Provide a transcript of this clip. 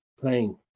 playing